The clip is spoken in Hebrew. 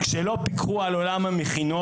כשהם לא פיקחו על עולם המכינות,